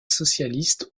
socialiste